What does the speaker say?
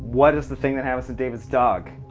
what is the thing that happens to david's dog?